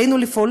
עלינו לפעול